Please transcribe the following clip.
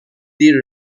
دیر